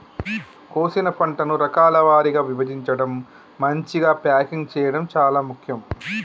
కోసిన పంటను రకాల వారీగా విభజించడం, మంచిగ ప్యాకింగ్ చేయడం చాలా ముఖ్యం